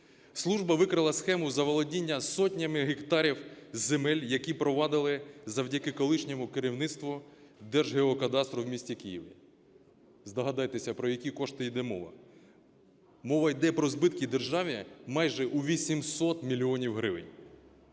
Служба викрила схему заволодіння сотнями гектарів земель, які провадили завдяки колишньому керівництву Держгеокадастру в місті Києві. Здогадайтеся, про які кошти йде мова. Мова йде про збитки державі майже у 800 мільйонів